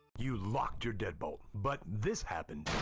you locked your deadbolt, but this happened.